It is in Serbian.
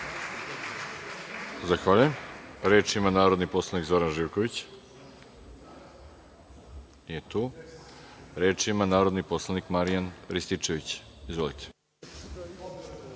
Zahvaljujem. Reč ima narodni poslanik Zoran Živković. Nije tu. Reč ima narodni poslanik Marijan Rističević. Izvolite.